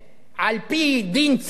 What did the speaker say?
על-פי דין צדק,